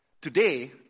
Today